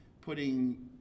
putting